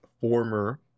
former